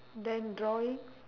then drawing